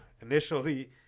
initially